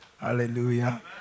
Hallelujah